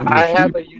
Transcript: have a